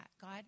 God